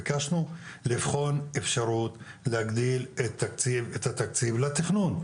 ביקשנו לבחון אפשרות להגדיל את תקציב לתכנון,